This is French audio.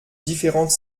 différentes